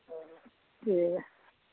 ठीक ऐ